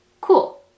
cool